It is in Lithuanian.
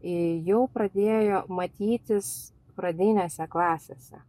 jau pradėjo matytis pradinėse klasėse